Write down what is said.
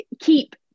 keep